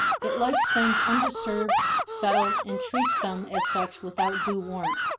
it likes things undisturbed, settled, and treats them as such without due warrant.